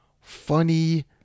funny